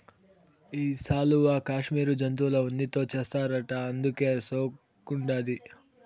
ఈ శాలువా కాశ్మీరు జంతువుల ఉన్నితో చేస్తారట అందుకే సోగ్గుండాది